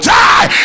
die